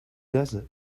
desert